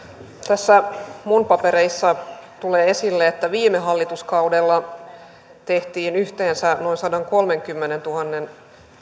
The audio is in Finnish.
näissä minun papereissani tulee esille että viime hallituskaudella tehtiin yhteensä noin sadankolmenkymmenentuhannen